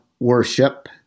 worship